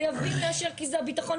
חייבים לאשר כי זה הביטחון,